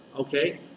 okay